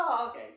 okay